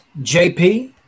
JP